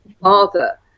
father